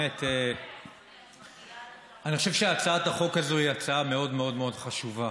אני חושב שהצעת החוק הזו היא הצעה מאוד מאוד מאוד חשובה.